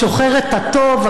שוחרת הטוב,